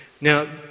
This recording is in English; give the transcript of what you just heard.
Now